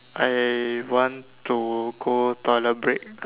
I want to go toilet break